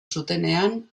zutenean